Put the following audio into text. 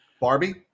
Barbie